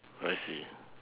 I see